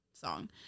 song